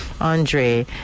Andre